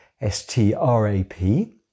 S-T-R-A-P